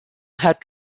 had